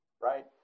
Right